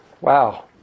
Wow